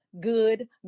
good